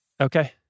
Okay